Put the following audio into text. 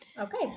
Okay